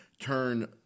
turn